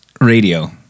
radio